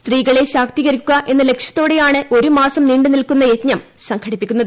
സ്ത്രീകളെ ശാക്തീകരിക്കുക എന്ന ലക്ഷ്യത്തോടെയാണ് ഒരു മാസം നീണ്ടു നിൽക്കുന്ന യജ്ഞം സംഘടിപ്പിക്കുന്നത്